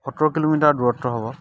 সত্তৰ কিলোমিটাৰ দূৰত্ব হ'ব